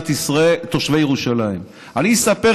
חושב, אבל מה אתה מציע לעשות